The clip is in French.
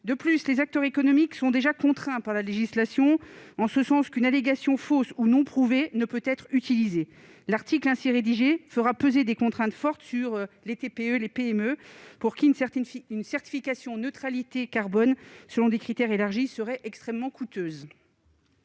De plus, les acteurs économiques sont déjà contraints par la législation, en ce sens qu'une allégation fausse ou non prouvée ne peut être utilisée. L'article ainsi rédigé fera peser des contraintes fortes sur les TPE et les PME, pour lesquelles une certification neutralité carbone selon des critères élargis serait extrêmement coûteuse.